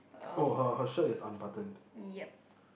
um yup